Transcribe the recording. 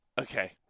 Okay